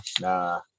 nah